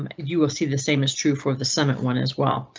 you will see the same is true for the summit one as well.